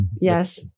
yes